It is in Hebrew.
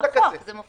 כולל לשכת השר.